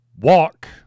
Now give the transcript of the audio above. walk